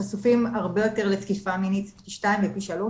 חשופים הרבה יותר לתקיפה מינית פי שתיים ופי שלוש